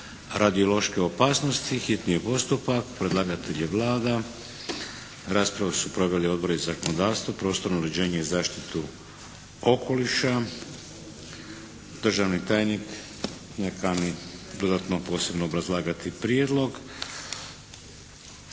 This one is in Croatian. i drugo čitanje P.Z. br. 732; Predlagatelj je Vlada. Raspravu su proveli Odbori za zakonodavstvo, prostorno uređenje i zaštitu okoliša. Državni tajnik ne kani dodatno posebno obrazlagati prijedlog.